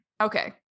Okay